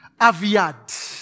Aviad